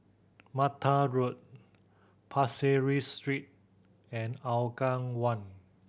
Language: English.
Mattar Road Pasir Ris Street and Aougang One